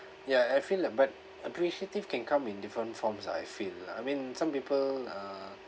ya I feel lah but appreciative can come in different forms ah I feel lah I mean some people uh